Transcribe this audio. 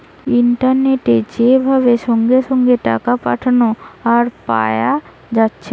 ইন্টারনেটে যে ভাবে সঙ্গে সঙ্গে টাকা পাঠানা আর পায়া যাচ্ছে